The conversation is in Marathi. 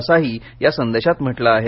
असाही या संदेशात म्हटलं आहे